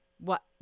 what-